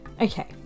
Okay